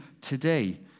today